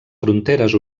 fronteres